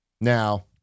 Now